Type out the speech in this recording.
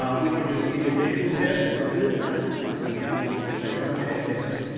ah we can do individual tests, one at a time. we come in and say run that test.